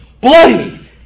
bloody